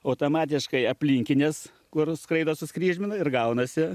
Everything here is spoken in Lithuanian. automatiškai aplinkinės kur skraido suskryžmina ir gaunasi